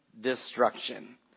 destruction